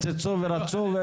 שהתרוצצו ורצו?